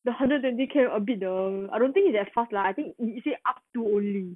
the hundred twenty K_M a bit the I don't think it's that fast lah it say up to only